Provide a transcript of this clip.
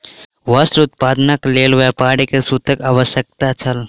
वस्त्र उत्पादनक लेल व्यापारी के सूतक आवश्यकता छल